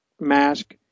mask